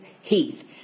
Heath